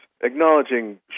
Acknowledging